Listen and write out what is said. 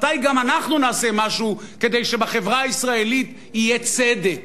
מתי גם אנחנו נעשה משהו כדי שבחברה הישראלית יהיה צדק?